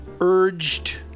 urged